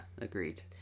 agreed